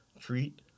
treat